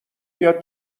بیاد